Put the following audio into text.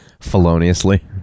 feloniously